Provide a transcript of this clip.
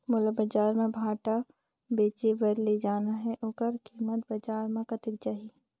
मोला बजार मां भांटा बेचे बार ले जाना हे ओकर कीमत बजार मां कतेक जाही?